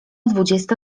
dwudziesta